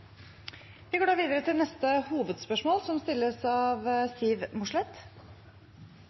Vi går videre til neste hovedspørsmål.